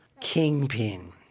Kingpin